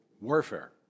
warfare